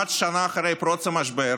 כמעט שנה אחרי פרוץ המשבר,